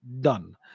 done